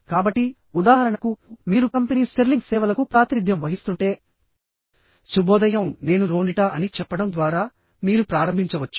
కాబట్టి ఉదాహరణకుమీరు company Sterling సేవలకు ప్రాతినిధ్యం వహిస్తుంటే శుభోదయం నేను రోనిటా అని చెప్పడం ద్వారా మీరు ప్రారంభించవచ్చు